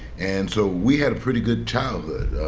and so we had a pretty good childhood.